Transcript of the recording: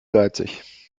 geizig